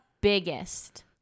biggest